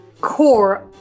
core